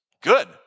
good